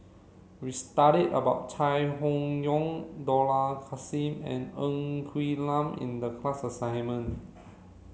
we studied about Chai Hon Yoong Dollah Kassim and Ng Quee Lam in the class assignment